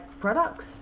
products